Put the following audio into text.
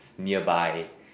nearby